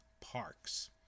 parks